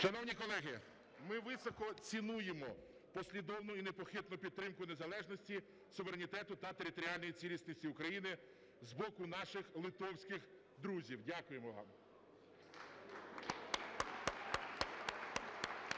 Шановні колеги, ми високо цінуємо послідовну і непохитну підтримку незалежності, суверенітету та територіальної цілісності України з боку наших литовських друзів. Дякуємо вам!